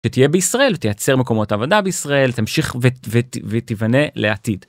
תהיה בישראל תייצר מקומות עבודה בישראל תמשיך ותבנה לעתיד.